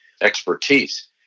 expertise